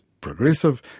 progressive